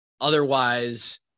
otherwise